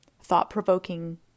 thought-provoking